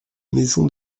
maison